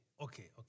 Okay